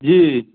जी